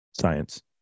science